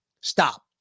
stop